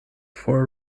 for